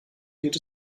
geht